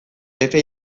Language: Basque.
efe